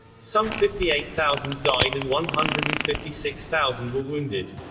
some fifty eight thousand died and one hundred and fifty six thousand were wounded.